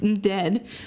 dead